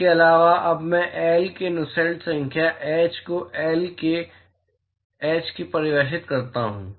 इसके अलावा अब मैं एल के नुसेल्ट संख्या एच को एल के धन्यवाद एच को परिभाषित कर सकता हूं